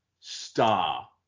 star